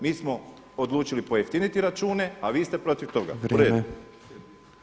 Mi smo odlučili pojeftiniti račune, a vi ste protiv toga.